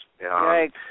Right